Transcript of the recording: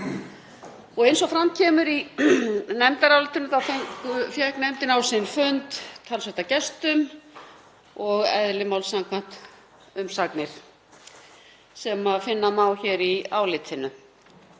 Eins og fram kemur í nefndarálitinu fékk nefndin á sinn fund talsvert af gestum og eðli máls samkvæmt umsagnir sem finna má hér í álitinu.